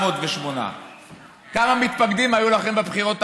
985,408. כמה מתפקדים היו לכם בבחירות האחרונות?